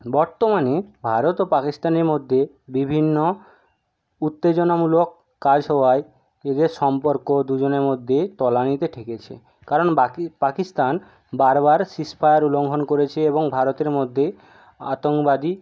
বর্তমানে ভারত ও পাকিস্তানের মধ্যে বিভিন্ন উত্তেজনামূলক কাজ হওয়ায় এদের সম্পর্ক দুজনের মধ্যে তলানিতে ঠেকেছে কারণ পাকিস্থান বার বার সিস ফায়ার উলঙ্ঘন করেছে এবং ভারতের মধ্যে